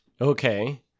Okay